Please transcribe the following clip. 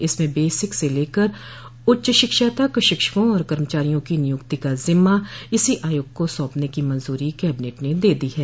इसमें बेसिक से लेकर उच्च शिक्षा तक शिक्षकों और कर्मचारियों की नियुक्ति का जिम्मा इसी आयोग को सौंपने की मंजूरी कैबिनेट ने दे दी है